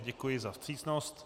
Děkuji za vstřícnost.